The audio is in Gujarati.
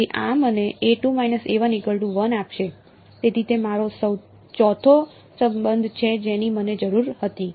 તેથી આ મને આપશે તેથી તે મારો ચોથો સંબંધ છે જેની મને જરૂર હતી